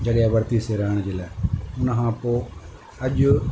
जॻए वरितीसे रहण जे लाइ हुन खां पोइ अॼु